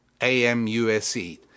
A-M-U-S-E